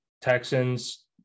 Texans